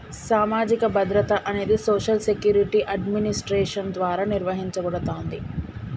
సామాజిక భద్రత అనేది సోషల్ సెక్యూరిటీ అడ్మినిస్ట్రేషన్ ద్వారా నిర్వహించబడతాంది